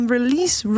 Release